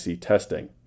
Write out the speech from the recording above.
testing